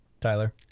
Tyler